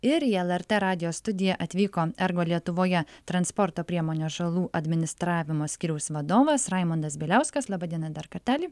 ir į lrt radijo studiją atvyko ergo lietuvoje transporto priemonių žalų administravimo skyriaus vadovas raimondas bieliauskas laba diena dar kartelį